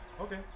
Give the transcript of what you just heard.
okay